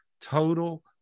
total